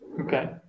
Okay